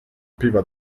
pivot